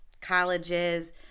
colleges